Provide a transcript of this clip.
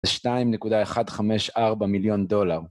זה 2.154 מיליון דולר